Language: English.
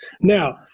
Now